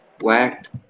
Whacked